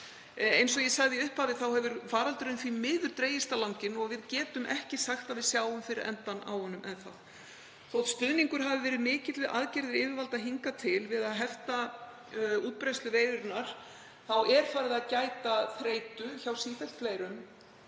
Eins og ég sagði í upphafi hefur faraldurinn því miður dregist á langinn og við getum ekki sagt að við sjáum fyrir endann á honum enn. Þótt stuðningur hafi verið mikill við aðgerðir yfirvalda hingað til við að hefta útbreiðslu veirunnar er farið að gæta þreytu hjá sífellt fleirum